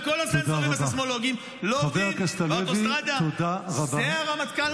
וכל הסנסורים הסייסמולוגים לא עובדים -- תודה רבה.